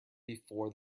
before